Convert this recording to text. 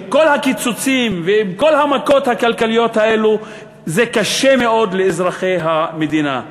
הקיצוצים ועם כל המכות הכלכליות האלה קשה מאוד לאזרחי המדינה.